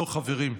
לא, חברים,